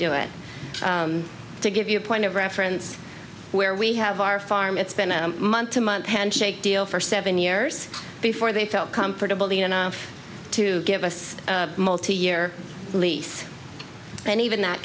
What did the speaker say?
do it to give you a point of reference where we have our farm it's been a month to month handshake deal for seven years before they felt comfortable enough to give us a multi year lease and even that